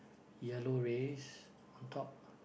yellow rays on top